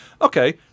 Okay